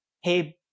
Hey